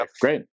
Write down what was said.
great